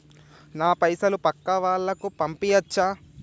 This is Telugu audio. నా పైసలు పక్కా వాళ్ళకు పంపియాచ్చా?